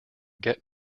get